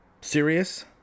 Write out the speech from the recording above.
serious